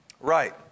Right